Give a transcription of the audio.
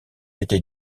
été